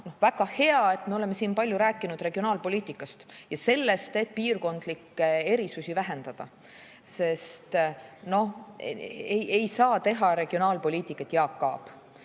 väga hea, et me oleme siin palju rääkinud regionaalpoliitikast ja sellest, et piirkondlikke erisusi tuleks vähendada. No ei saa teha regionaalpoliitikat Jaak Aab.